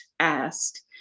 asked